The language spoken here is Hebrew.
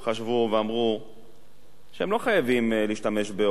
ואמרו שהם לא חייבים להשתמש באופנוע,